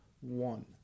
one